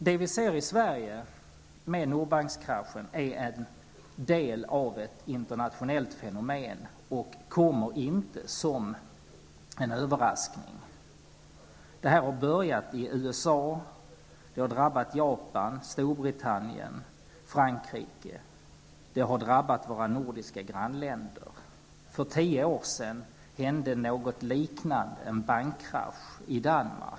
Det vi ser i Sverige med Nordbankskraschen är en del av ett internationellt fenomen och kommer inte som en överraskning. Det här har börjat i USA. Det har drabbat Japan, Storbritannien och Frankrike. Det har drabbat våra nordiska grannländer. För tio år sedan hände något liknande en bankkrasch i Danmark.